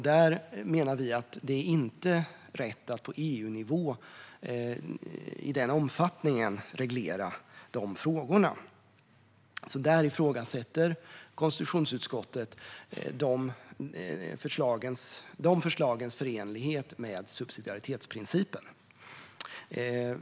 Vi menar att det inte är rätt att på EU-nivå och i den omfattningen reglera de frågorna, utan där ifrågasätter konstitutionsutskottet förslagens förenlighet med subsidiaritetsprincipen.